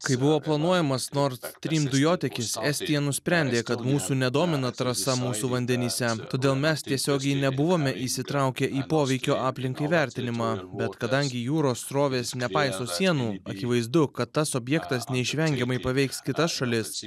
kai buvo planuojamas nord stream dujotiekis estija nusprendė kad mūsų nedomina trasa mūsų vandenyse todėl mes tiesiogiai nebuvome įsitraukę į poveikio aplinkai vertinimą bet kadangi jūros srovės nepaiso sienų akivaizdu kad tas objektas neišvengiamai paveiks kitas šalis